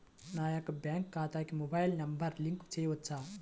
నా యొక్క బ్యాంక్ ఖాతాకి మొబైల్ నంబర్ లింక్ చేయవచ్చా?